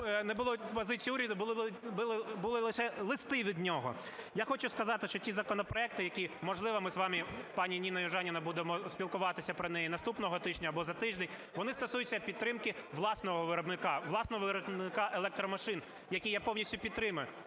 не було позиції уряду, були лише листи від нього. Я хочу сказати, що ті законопроекти, які, можливо, ми з вами, пані Ніна Южаніна, будемо спілкуватися про неї наступного тижня або за тиждень, вони стосуються підтримки власного виробника, власного виробника електромашин, який я повністю підтримую.